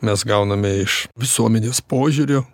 mes gauname iš visuomenės požiūrio